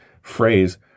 phrase